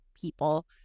people